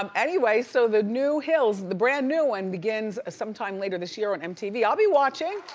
um anyways, so the new hills the brand new one begins sometime later this year on mtv. i'll be watching.